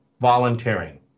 volunteering